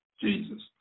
Jesus